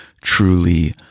truly